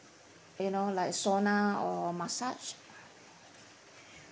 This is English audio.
you know like sauna or massage